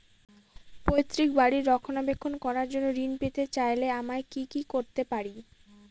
পৈত্রিক বাড়ির রক্ষণাবেক্ষণ করার জন্য ঋণ পেতে চাইলে আমায় কি কী করতে পারি?